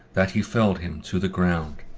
that he felled him to the ground.